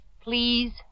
Please